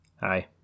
Hi